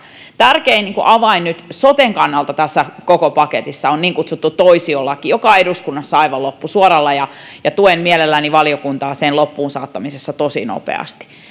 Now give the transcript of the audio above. tärkein avain nyt soten kannalta tässä koko paketissa on niin kutsuttu toisiolaki joka on eduskunnassa aivan loppusuoralla ja ja tuen mielelläni valiokuntaa sen loppuunsaattamisessa tosi nopeasti